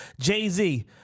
Jay-Z